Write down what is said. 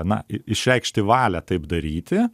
na išreikšti valią taip daryti